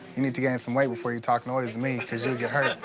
you need to gain some weight before you talk noise to me, cause you'll get hurt.